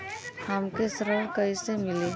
हमके ऋण कईसे मिली?